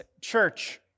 Church